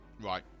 Right